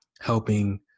helping